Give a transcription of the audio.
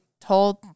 told